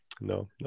no